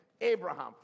Abraham